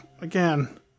again